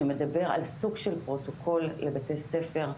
שמדבר על סוג של פרוטוקול לבתי ספר.